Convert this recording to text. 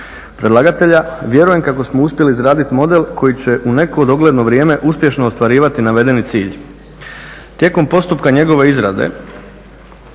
predlagatelja, vjerujem kako smo uspjeli izraditi model koji će u neko dogledno vrijeme uspješno ostvarivati navedeni cilj. Tijekom postupka njegove izrade